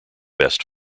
best